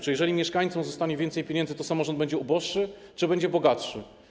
Czy jeżeli mieszkańcom zostanie więcej pieniędzy, to samorząd będzie uboższy czy bogatszy?